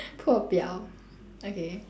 剖表 okay